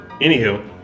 Anywho